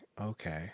okay